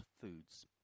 Foods